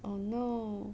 oh no